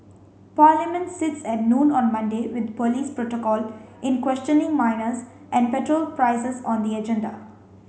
parliament sits at noon on Monday with police protocol in questioning minors and petrol prices on the agenda